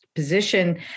position